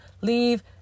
leave